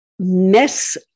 mess